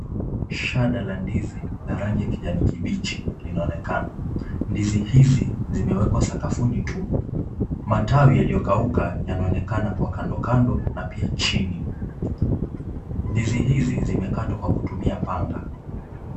Shada la ndizi la rangi ya kijani kibichi linaonekana, ndizi hizi zimewekwa sakafuni tu! matawi yaliyokauka yanaonekana kwa kando kando na pia chini. Ndizi hizi zimekatwa kwa kutumia panga.